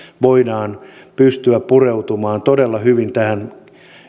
voidaan pystyä pureutumaan todella hyvin tähän